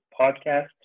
podcast